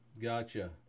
Gotcha